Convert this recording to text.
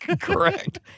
Correct